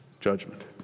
judgment